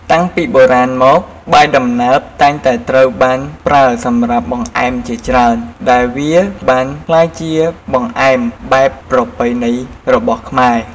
តាំងពីបុរាណមក បាយដំណើបតែងតែត្រូវបានប្រើសម្រាប់បង្អែមជាច្រើន ដែលវាបានក្លាយជាបង្អែមបែបប្រពៃណីរបស់ខ្មែរ។